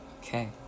Okay